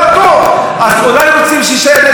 אז אולי רוצים שיישאר נשק אצלנו,